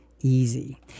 easy